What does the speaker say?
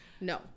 No